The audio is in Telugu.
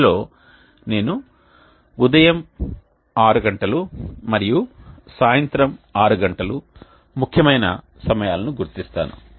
ఇందులో నేను ఉదయం 6 గంటలు మరియు సాయంత్రం 6 గంటలు ముఖ్యమైన సమయాలను గుర్తిస్తాను